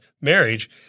marriage